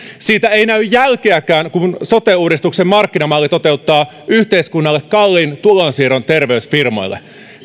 siitä ei näy jälkeäkään kun sote uudistuksen markkinamalli toteuttaa yhteiskunnalle kalliin tulonsiirron terveysfirmoille